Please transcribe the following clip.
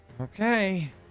Okay